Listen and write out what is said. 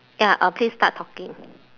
ya uh please start talking